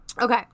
okay